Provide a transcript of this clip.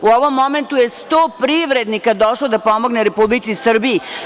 U ovom momentu je 100 privrednika došlo da pomogne Republici Srbiji.